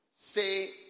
say